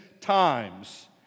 times